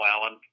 Alan